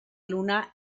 luna